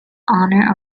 owner